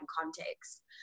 context